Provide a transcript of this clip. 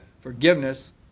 forgiveness